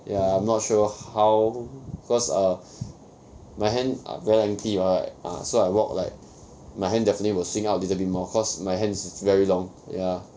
ya I'm not sure how first err my hand very lengthy what so I walk like my hand definitely will swing out little bit more cause my hand's very long ya